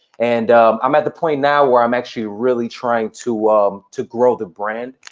and i'm at the point now where i'm actually really trying to um to grow the brand.